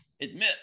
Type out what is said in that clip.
Admit